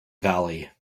valley